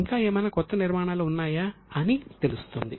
ఇంకా ఏమైనా కొత్త నిర్మాణాలు ఉన్నాయా అని తెలుస్తుంది